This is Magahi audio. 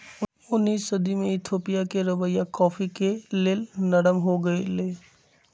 उनइस सदी में इथोपिया के रवैया कॉफ़ी के लेल नरम हो गेलइ